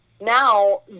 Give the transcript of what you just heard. Now